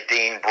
Dean